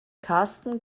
karsten